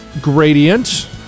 gradient